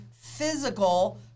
physical